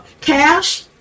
cash